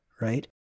right